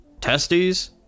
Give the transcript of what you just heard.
Testies